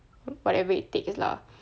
whatever it takes lah